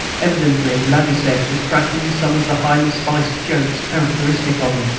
evidently ladoucette was cracking some of the highly-spiced jokes characteristic of him.